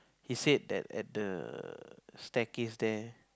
he said that at the staircase there